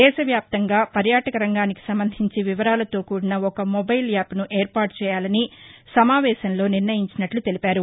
దేశవ్యాప్తంగా పర్యాటక రంగానికి సంబంధించి వివరాలతో కూడిన ఒక మొబైల్ యాప్ను ఏర్పాటు చేయాలని ఈ సమావేశంలో చర్చించినట్టు చెప్పారు